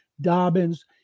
Dobbins